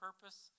purpose